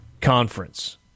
conference